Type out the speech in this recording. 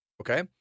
okay